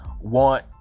want